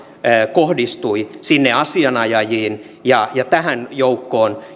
kohdistui sinne asianajajiin ja ja tähän joukkoon